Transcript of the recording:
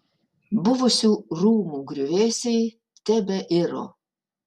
buvusių rūmų griuvėsiai tebeiro